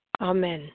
Amen